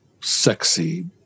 sexy